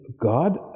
God